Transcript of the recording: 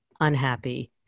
unhappy